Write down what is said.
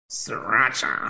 Sriracha